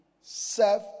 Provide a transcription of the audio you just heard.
serve